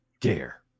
dare